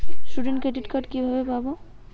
Student credit card কিভাবে পাব?